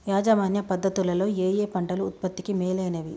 యాజమాన్య పద్ధతు లలో ఏయే పంటలు ఉత్పత్తికి మేలైనవి?